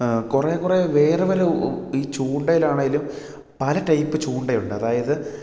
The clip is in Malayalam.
കുറെ കുറെ വേറെ പല ഈ ചൂണ്ടയിലാണേലും പല ടൈപ്പ് ചൂണ്ടയുണ്ട് അതായത്